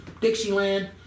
Dixieland